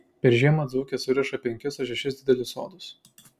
per žiemą dzūkės suriša penkis ar šešis didelius sodus